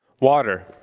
Water